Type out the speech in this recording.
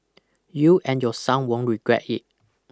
you and your son won't regret it